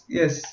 yes